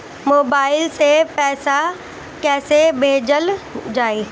Mobile से पैसा कैसे भेजल जाइ?